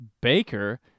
Baker